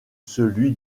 celui